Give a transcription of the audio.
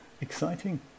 Exciting